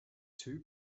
two